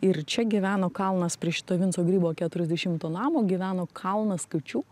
ir čia gyveno kalnas prie šito vinco grybo keturiasdešimto namo gyveno kalnas kačių